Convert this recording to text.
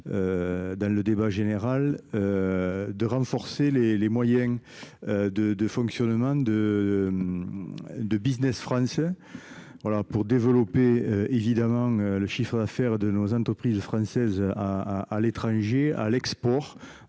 dans le débat général de renforcer les les moyens de de fonctionnement de de Business français voilà pour développer évidemment le chiffre à faire de nos entreprises françaises à à l'étranger à l'export